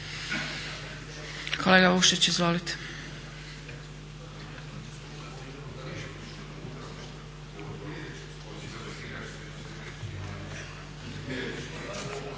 Kolega Vukšić, izvolite.